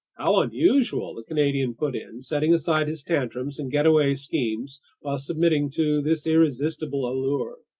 how unusual! the canadian put in, setting aside his tantrums and getaway schemes while submitting to this irresistible allure.